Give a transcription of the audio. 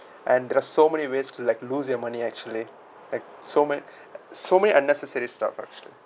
and there are so many ways to like lose your money actually like so many so many unnecessary stuff actually